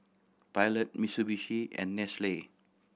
Pilot Mitsubishi and Nestle